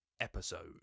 episode